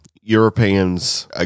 Europeans